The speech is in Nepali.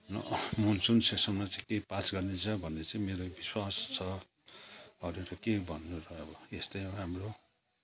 मनसुन सेसनमा पास चाहिँ के पास गरिदिन्छ भन्ने चाहिँ मेरो विश्वास छ अरू त के भन्नु र अब यस्तै हो हाम्रो